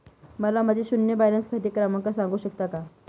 मला माझे शून्य बॅलन्स खाते क्रमांक सांगू शकता का?